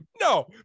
no